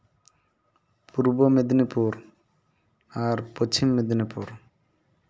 ᱯᱩᱨᱵᱚ ᱢᱮᱫᱽᱱᱤᱯᱩᱨ ᱟᱨ ᱯᱚᱪᱷᱤᱢ ᱢᱮᱫᱽᱱᱤᱯᱩᱨ